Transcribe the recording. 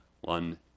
one